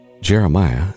Jeremiah